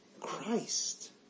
Christ